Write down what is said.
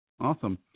Awesome